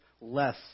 less